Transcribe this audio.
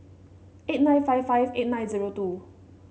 eight nine five five eight nine zero two